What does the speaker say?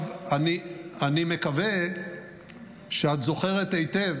אני מקווה שאת זוכרת היטב